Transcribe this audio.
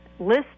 list